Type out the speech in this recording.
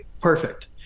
perfect